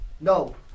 No